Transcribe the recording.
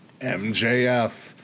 MJF